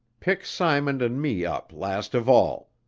pick simon and me up last of all,